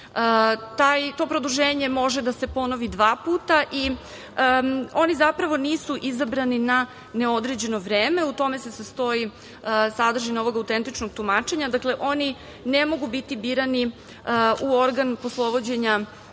produženje može da se ponovi dva puta i oni zapravo nisu izabrani na neodređeno vreme. U tome se sastoji sadržina ovog autentičnog tumačenja. Dakle oni ne mogu biti birani u organ poslovođenja